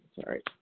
sorry